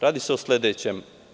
Radi se o sledećem.